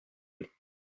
deux